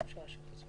אני אתייחס לזה.